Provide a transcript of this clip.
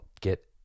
get